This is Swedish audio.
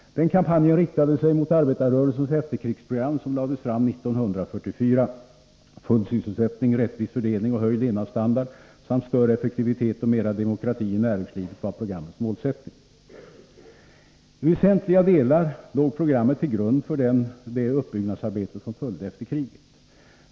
Den kampanjen riktade sig mot arbetarrörelsens efterkrigsprogram, som lades fram 1944. Full sysselsättning, rättvis fördelning och höjd levnadsstandard samt större effektivitet och mera demokrati i näringslivet var programmets målsättning. I väsentliga delar låg programmet till grund för det uppbyggnadsarbete som följde efter kriget.